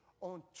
on